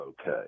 okay